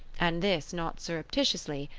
and this not surreptitiously,